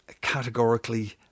categorically